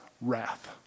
wrath